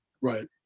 Right